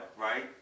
right